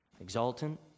exultant